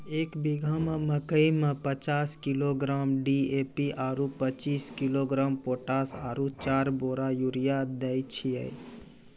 एक बीघा मे मकई मे पचास किलोग्राम डी.ए.पी आरु पचीस किलोग्राम पोटास आरु चार बोरा यूरिया दैय छैय?